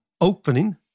opening